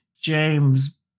James